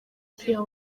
pierre